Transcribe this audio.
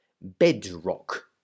Bedrock